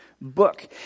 book